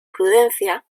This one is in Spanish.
prudencia